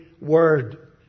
Word